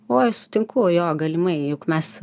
oj sutinku jo galimai juk mes